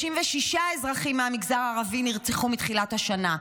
36 אזרחים מהמגזר הערבי נרצחו מתחילת השנה,